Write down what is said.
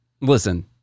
listen